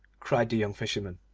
cried the young fisherman,